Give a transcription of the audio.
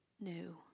new